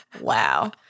wow